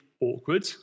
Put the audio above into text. awkward